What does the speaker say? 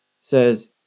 says